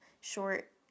short